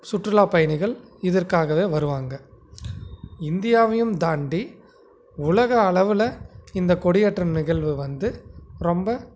சுற்றுலா பயணிகள் இதற்காகவே வருவாங்க இந்தியாவையும் தாண்டி உலக அளவில் இந்த கொடியேற்றம் நிகழ்வு வந்து ரொம்ப